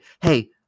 hey